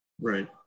Right